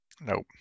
Nope